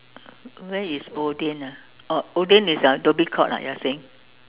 where is Odean ah oh Odean is uh Dhoby-Ghaut ah you are saying